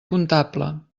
comptable